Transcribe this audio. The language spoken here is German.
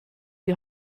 die